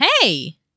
Hey